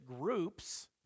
groups